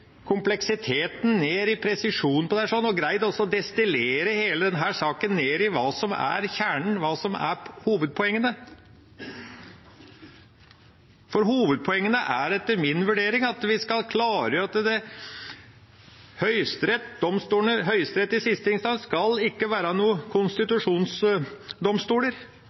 kompleksiteten, inn i presisjon på dette og destillere hele denne saken ned til hva som er kjernen, hva som er hovedpoengene. Hovedpoengene er etter min vurdering at vi skal klargjøre at domstolene og Høyesterett i siste instans ikke skal være noen konstitusjonsdomstoler.